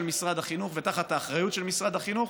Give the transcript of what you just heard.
משרד החינוך ותחת האחריות של משרד החינוך.